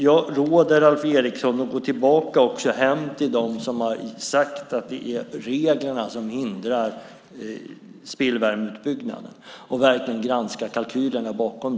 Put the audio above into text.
Jag råder Alf Eriksson att gå hem och tala med dem som har sagt att det är reglerna som hindrar spillvärmeutbyggnaden och verkligen granska kalkylerna bakom.